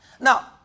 Now